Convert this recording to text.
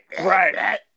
right